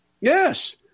Yes